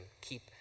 Keep